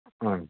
ആ